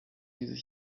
dieses